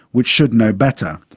which should know better.